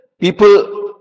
people